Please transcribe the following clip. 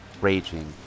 raging